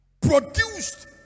Produced